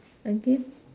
again